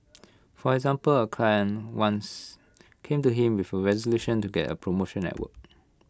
for example A client once came to him with A resolution to get A promotion at work